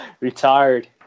Retired